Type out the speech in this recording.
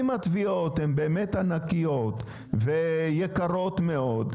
אם התביעות הן באמת ענקיות ויקרות מאוד,